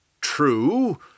true